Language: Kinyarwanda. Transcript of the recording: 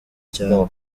cyane